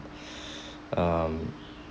um